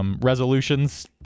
resolutions